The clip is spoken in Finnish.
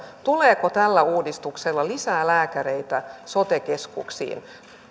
tuleeko tällä uudistuksella lisää lääkäreitä sote keskuksiin